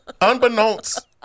Unbeknownst